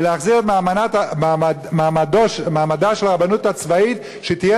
ולהחזיר את מעמדה של הרבנות הצבאית שתהיה